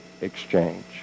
exchange